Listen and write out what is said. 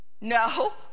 No